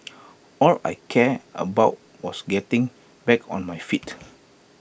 all I cared about was getting back on my feet